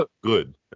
Good